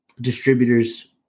distributors